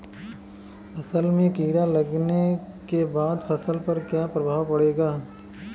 असल में कीड़ा लगने के बाद फसल पर क्या प्रभाव पड़ेगा?